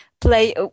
play